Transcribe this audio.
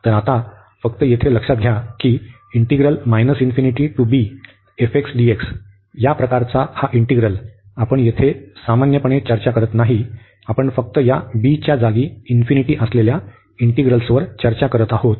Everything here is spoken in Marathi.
तर आता फक्त येथे लक्षात घ्या की या प्रकारचा हा इंटिग्रल आपण येथे आपण सामान्यपणे चर्चा करीत नाही आपण फक्त या b च्या जागी इन्फिनिटी असलेल्या इंटिग्रल्सवर चर्चा करीत आहोत